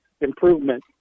improvement